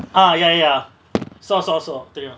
ah ya ya so so so தெரியு:theriyu